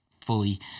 fully